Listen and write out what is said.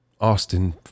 Austin